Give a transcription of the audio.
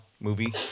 movie